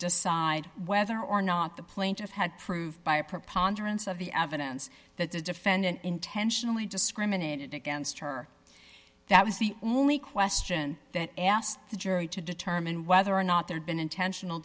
decide whether or not the plaintiff had proved by a preponderance of the evidence that the defendant intentionally discriminated against her that was the only question that asked the jury to determine whether or not there had been intentional